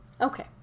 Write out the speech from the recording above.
okay